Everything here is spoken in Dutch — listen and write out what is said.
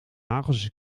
nagels